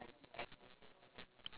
like it's this